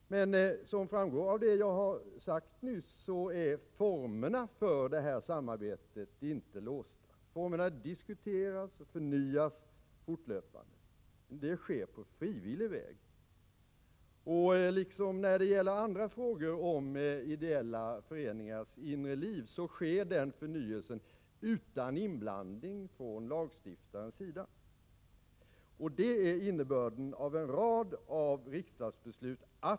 Men som framgår av det jag nyss sade är formerna för det samarbetet inte låsta. Formerna diskuteras och förnyas fortlöpande. Men det sker på frivillig väg. Liksom när det gäller andra frågor om ideella föreningars inre liv skall den förnyelsen ske utan inblandning från lagstiftarens sida. Det är innebörden av en rad riksdagsbeslut.